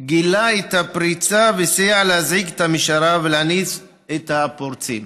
גילה את הפריצה וסייע להזעיק את המשטרה ולהניס את הפורצים.